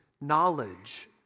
knowledge